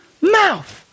mouth